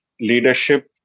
leadership